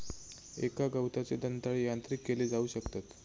एका गवताचे दंताळे यांत्रिक केले जाऊ शकतत